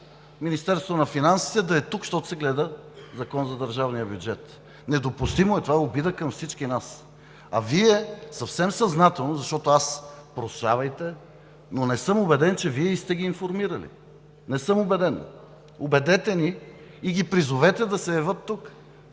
Министерството на финансите да е тук, защото се гледа Законът за държавния бюджет. Това е недопустимо и е обида към всички нас! Вие съвсем съзнателно, защото, прощавайте, но не съм убеден, че Вие сте ги информирали. Не съм убеден! Убедете ни и ги призовете да се явят тук.